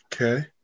Okay